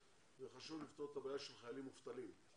וחשוב לפתור את הבעיה של חיילים מובטלים.